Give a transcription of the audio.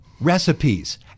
recipes